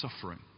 suffering